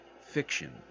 fiction